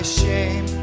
shame